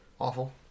Awful